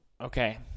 Okay